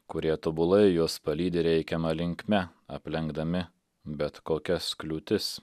kurie tobulai juos palydi reikiama linkme aplenkdami bet kokias kliūtis